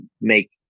make